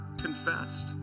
confessed